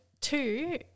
two